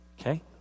Okay